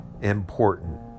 important